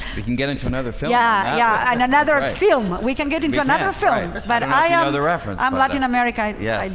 we can get into another phase. yeah. yeah, and another film but we can get into another film but the reference. i'm not in america. yeah